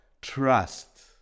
trust